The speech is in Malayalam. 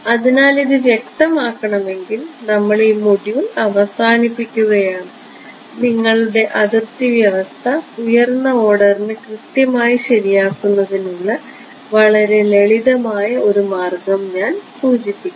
അതിനാൽ ഇത് വ്യക്തമാണെങ്കിൽ നമ്മൾ ഈ മൊഡ്യൂൾ അവസാനിപ്പിക്കുകയാണ് നിങ്ങളുടെ അതിർത്തി അവസ്ഥ ഉയർന്ന ഓർഡറിന് കൃത്യമായി ശരിയാക്കുന്നതിനുള്ള വളരെ ലളിതമായ ഒരു മാർഗ്ഗം ഞാൻ സൂചിപ്പിക്കാം